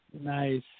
Nice